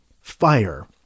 fire